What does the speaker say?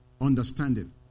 understanding